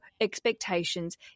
expectations